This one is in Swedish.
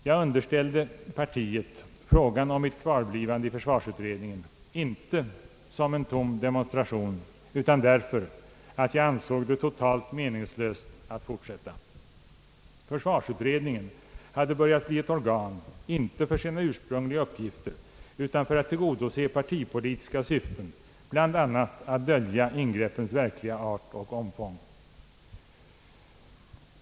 Jag underställde partiet frågan om mitt kvarblivande i försvarsutredningen, inte som en tom demonstration utan därför att jag ansåg det totalt meningslöst att fortsätta. Försvarsutredningen hade börjat bli ett organ, inte för sina ursprungliga uppgifter utan för att tillgodose partipolitiska syften, bl.a. att dölja ingreppens verkliga art och omfång.